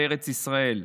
בארץ ישראל.